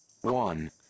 one